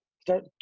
start